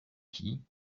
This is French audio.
qui